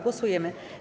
Głosujemy.